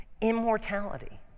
Immortality